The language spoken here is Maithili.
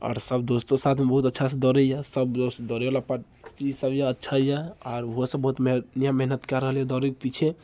आओर सब दोस्तो साथमे बहुत अच्छासँ दौड़ैया सब दोस्त दौड़ै वला पार्टी सब यऽ अच्छा यऽ आर ओहोसब बहुत मेहनत कए रहल यऽ दौड़ैके पिछे